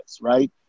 right